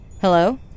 Hello